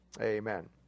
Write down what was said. Amen